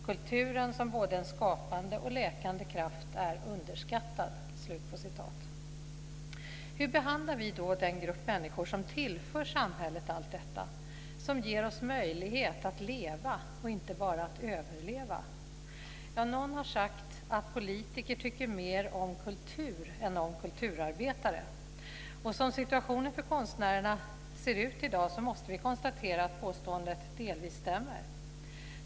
Kulturen som både en skapande och läkande kraft är underskattad. Hur behandlar vi då den grupp människor som tillför samhället allt detta, som ger oss möjlighet att leva och inte bara överleva? Någon har sagt att politiker tycker mer om kultur än om kulturarbetare. Som situationen för konstnärerna ser ut i dag måste vi konstatera att påståendet delvis stämmer.